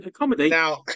Now